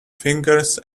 fingers